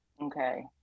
Okay